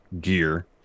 gear